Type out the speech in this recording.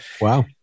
Wow